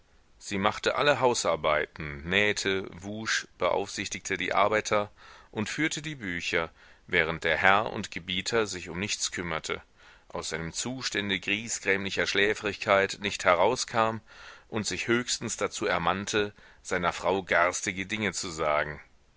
sie machte alle hausarbeiten nähte wusch beaufsichtigte die arbeiter und führte die bücher während der herr und gebieter sich um nichts kümmerte aus seinem zustande griesgrämlicher schläfrigkeit nicht herauskam und sich höchstens dazu ermannte seiner frau garstige dinge zu sagen